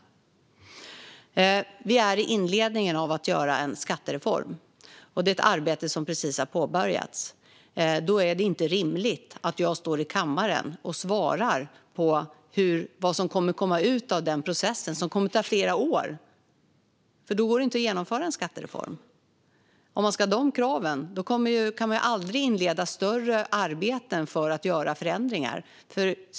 Vi är i inledningen av att göra en skattereform. Det är ett arbete som precis har påbörjats. Då är det inte rimligt att jag står i kammaren och svarar på vad som kommer att komma ut av den processen, som kommer att ta flera år. Då går det inte att genomföra en skattereform. Om man ska ha de kraven kan man aldrig inleda större arbeten för att göra förändringar.